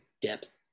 depth